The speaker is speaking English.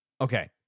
Okay